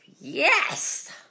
Yes